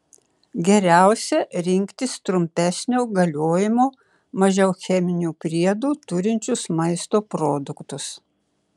geriausia rinktis trumpesnio galiojimo mažiau cheminių priedų turinčius maisto produktus